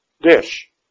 dish